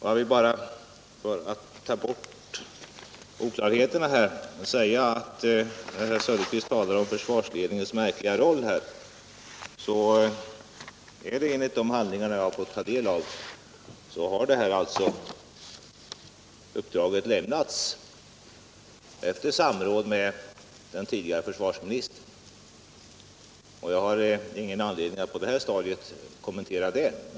Jag vill bara för att få bort oklarheterna säga, att när herr Söderqvist talar om försvarsledningens märkliga roll så har uppdraget, enligt de handlingar jag fått ta del av, lämnats efter samråd med den tidigare försvarsministern. Jag har ingen anledning att på det här stadiet kommentera detta.